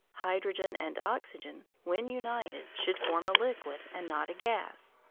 hydrogen and oxygen, when united, should form a liquid, and not a gas.